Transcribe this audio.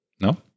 No